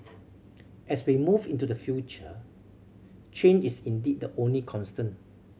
as we move into the future change is indeed the only constant